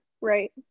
right